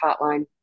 Hotline